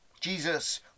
Jesus